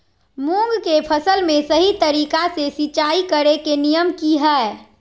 मूंग के फसल में सही तरीका से सिंचाई करें के नियम की हय?